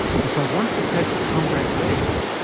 because once the tests come back raised,